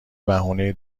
بهونه